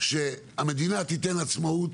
שהמדינה תיתן עצמאות